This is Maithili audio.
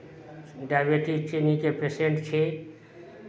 डाइबिटीज चीनीके पेशेन्ट छी